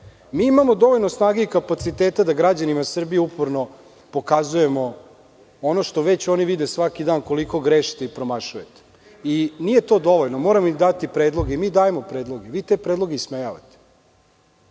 Mi imamo dovoljno snage i kapaciteta da građanima Srbije uporno pokazujemo ono što već oni vide svaki dan koliko grešite i promašujete. Nije to dovoljno, moramo im dati predlog i mi dajemo predlog. Vi te predloge ismejavate. Pokazujete